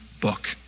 book